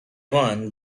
one